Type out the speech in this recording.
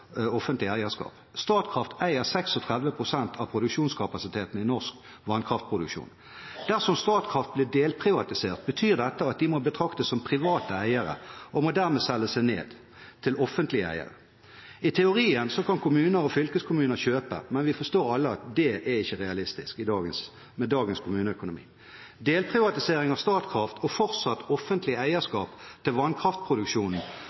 offentlig eierskap. Statkraft eier 36 pst. av produksjonskapasiteten i norsk vannkraftproduksjon. Dersom Statkraft blir delprivatisert, betyr dette at de må betraktes som private eiere og må dermed selge seg ned, til offentlige eiere. I teorien kan kommuner og fylkeskommuner kjøpe, men vi forstår alle at det ikke er realistisk med dagens kommuneøkonomi. Delprivatisering av Statkraft og fortsatt offentlig